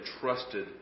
trusted